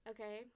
Okay